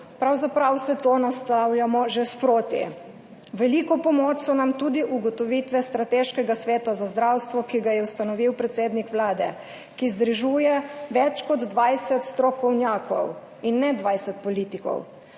Pravzaprav vse to naslavljamo že sproti. V veliko pomoč so nam tudi ugotovitve Strateškega sveta za zdravstvo, ki ga je ustanovil predsednik Vlade, ki združuje več kot 20 strokovnjakov in ne 20 politikov.